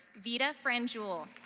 vita franjul.